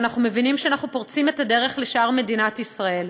ואנחנו מבינים שאנחנו פורצים את הדרך לשאר מדינת ישראל,